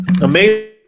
Amazing